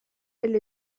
elle